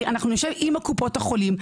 אנחנו נשב עם קופות החולים,